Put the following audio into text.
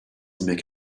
make